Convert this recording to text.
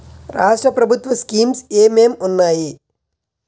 రాష్ట్రం ప్రభుత్వ స్కీమ్స్ ఎం ఎం ఉన్నాయి?